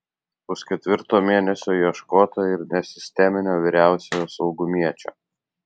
pusketvirto mėnesio ieškota ir nesisteminio vyriausiojo saugumiečio